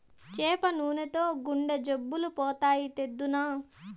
చేప నూనెతో గుండె జబ్బులు పోతాయి, తెద్దునా